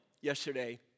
yesterday